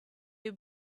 you